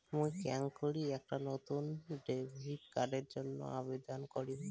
মুই কেঙকরি একটা নতুন ডেবিট কার্ডের জন্য আবেদন করিম?